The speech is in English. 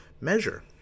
measure